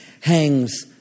hangs